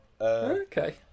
Okay